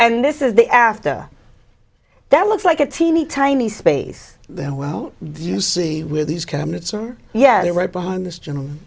and this is the after that looks like a teeny tiny space there well you see where these cabinets are yeah right behind this gentleman